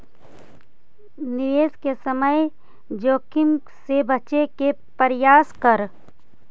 निवेश के समय जोखिम से बचे के प्रयास करऽ